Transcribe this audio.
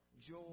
joy